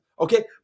Okay